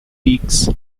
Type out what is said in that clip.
beaks